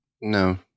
no